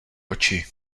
oči